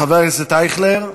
חבר הכנסת אייכלר,